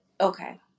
okay